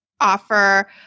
offer